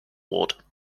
ward